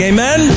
Amen